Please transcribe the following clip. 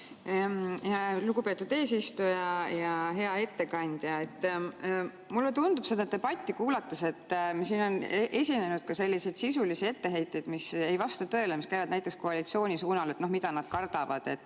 Lugupeetud eesistuja! Hea ettekandja! Mulle tundub seda debatti kuulates, et siin on esinenud ka selliseid sisulisi etteheiteid, mis ei vasta tõele. Näiteks koalitsiooni suunal, et mida nad kardavad.